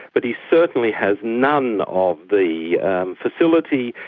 but he certainly has none of the facility,